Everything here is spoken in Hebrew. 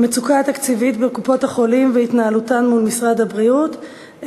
המצוקה התקציבית בקופות-החולים והתנהלותן מול משרד הבריאות,